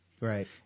Right